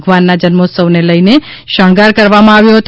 ભગવાનના જન્મોત્સવને લઇને શણગાર કરવામાં આવ્યો છે